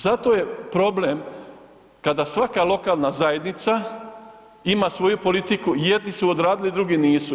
Zato je problem kada svaka lokalna zajednica ima svoju politiku, jedni su odradili, drugi nisu.